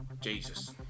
Jesus